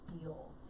deal